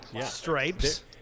Stripes